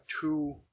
two